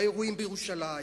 באירועים בירושלים,